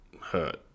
hurt